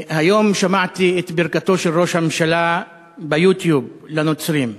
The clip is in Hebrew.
היום שמעתי את ברכתו של ראש הממשלה ב"יוטיוב" לנוצרים.